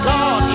God